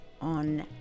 on